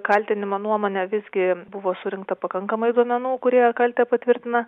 kaltinimo nuomone visgi buvo surinkta pakankamai duomenų kurie kaltę patvirtina